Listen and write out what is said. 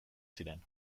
ziren